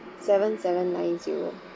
seven seven nine zero